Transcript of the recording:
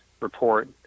report